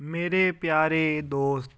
ਮੇਰੇ ਪਿਆਰੇ ਦੋਸਤ